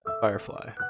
Firefly